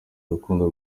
urukundo